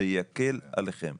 זה יקל עליכם.